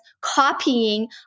copying